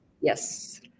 Yes